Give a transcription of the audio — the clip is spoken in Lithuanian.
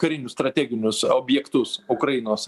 karinius strateginius objektus ukrainos